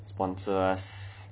sponsor us some